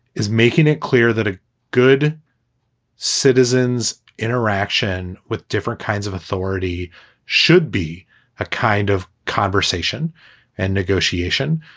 is making it clear that a good citizens interaction with different kinds of authority should be a kind of conversation and negotiation.